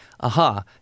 aha